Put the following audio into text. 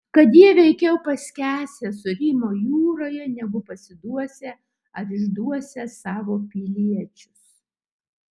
kad jie veikiau paskęsią sūrymo jūroje negu pasiduosią ar išduosią savo piliečius